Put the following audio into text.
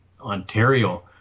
Ontario